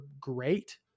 great